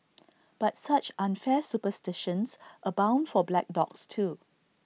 but such unfair superstitions abound for black dogs too